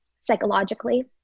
psychologically